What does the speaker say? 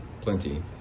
plenty